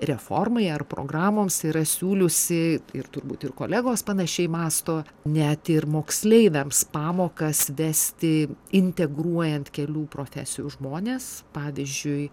reformai ar programoms yra siūliusi ir turbūt ir kolegos panašiai mąsto net ir moksleiviams pamokas vesti integruojant kelių profesijų žmones pavyzdžiui